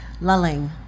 lulling